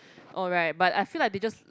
oh right but I feel like they just